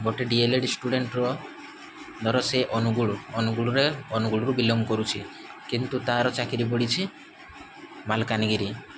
ଗୋଟେ ଡ଼ିଏ ଲେଡ଼ିସ୍ ଷ୍ଟୁଡ଼େଣ୍ଟ୍ର ଧର ସେ ଅନୁଗୁଳ ଅନୁଗୁଳରେ ଅନୁଗୁଳରୁ ବିଲଙ୍ଗ୍ କରୁଛି କିନ୍ତୁ ତାର ଚାକିରୀ ପଡିଛି ମାଲକାନଗିରି